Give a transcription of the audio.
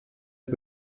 fet